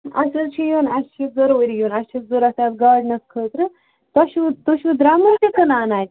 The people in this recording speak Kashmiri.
اسہِ حظ چھُ یُن اسہِ چھُ ضُروٗری یُن اسہِ چھُ ضروٗرت اَتھ گارڈنَس خٲطرٕ تۄہہِ چھُو تُہۍ چھُو دَرٛمُن تہِ کٕنان اَتہِ